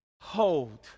hold